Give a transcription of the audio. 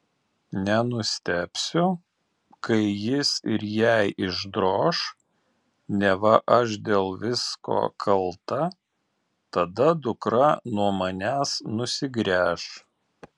nenustebsiu kai jis ir jai išdroš neva aš dėl visko kalta tada dukra nuo manęs nusigręš